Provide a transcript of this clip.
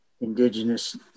Indigenous